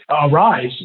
arise